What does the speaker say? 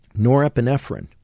norepinephrine